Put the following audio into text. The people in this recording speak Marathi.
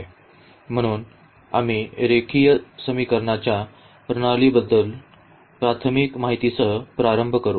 म्हणून आम्ही रेखीय समीकरणांच्या प्रणालीबद्दलच्या प्राथमिक माहितीसह प्रारंभ करू